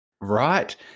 Right